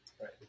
right